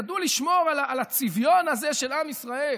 ידעו לשמור על הצביון הזה של עם ישראל.